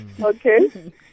okay